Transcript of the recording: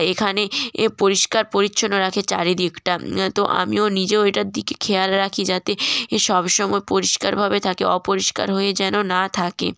এইখানে পরিষ্কার পরিচ্ছন্ন রাখে চারিদিকটা তো আমিও নিজেও এটার দিকে খেয়াল রাখি যাতে সবসময় পরিষ্কারভাবে থাকে অপরিষ্কার হয়ে যেন না থাকে